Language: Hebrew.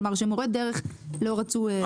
כלומר מורי הדרך לא רצו.